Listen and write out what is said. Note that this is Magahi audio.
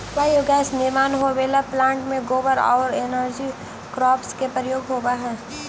बायोगैस निर्माण होवेला प्लांट में गोबर औउर एनर्जी क्रॉप्स के प्रयोग होवऽ हई